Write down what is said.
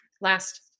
last